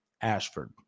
Ashford